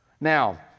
Now